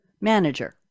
manager